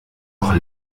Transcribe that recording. doch